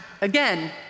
again